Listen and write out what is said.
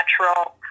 natural